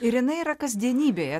ir inai yra kasdienybėje